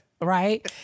right